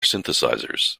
synthesizers